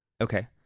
Okay